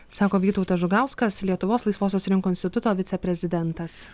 sako vytautas žukauskas lietuvos laisvosios rinkos instituto viceprezidentas